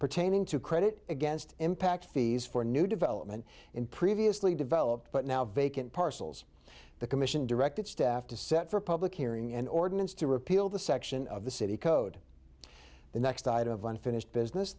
pertaining to credit against impact fees for new development in previously developed but now vacant parcels the commission directed staff to set for a public hearing and ordinance to repeal the section of the city code the next tide of unfinished business